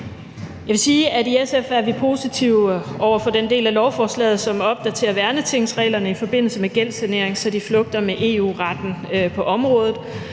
Jeg vil sige, at vi i SF er positive over for den del af lovforslaget, som opdaterer værnetingsreglerne i forbindelse med gældssanering, så de flugter med EU-retten på området,